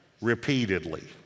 repeatedly